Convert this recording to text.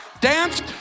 danced